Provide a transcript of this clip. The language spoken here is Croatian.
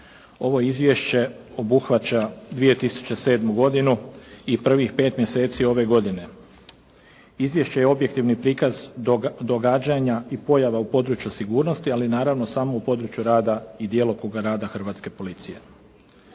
Ovo izvješće obuhvaća 2007. godinu i prvih pet mjeseci ove godine. izvješće je objektivni prikaz događanja i pojava u području sigurnosti, ali naravno samo u području rada i djelokruga rada Hrvatske policije.